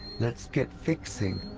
let's get fixing!